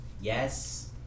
Yes